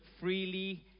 freely